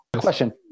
Question